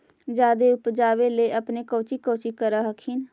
जादे उपजाबे ले अपने कौची कौची कर हखिन?